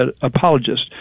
apologist